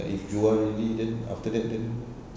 then if jual already then after that then